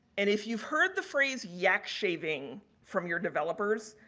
and, if you've heard the phrase yak shaving from your developers,